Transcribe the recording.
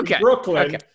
Brooklyn